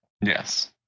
Yes